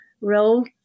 role